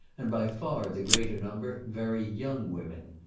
and by far the greater number very young women.